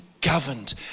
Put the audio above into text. governed